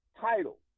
title